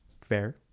fair